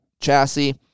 chassis